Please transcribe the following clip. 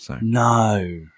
no